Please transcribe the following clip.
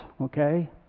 Okay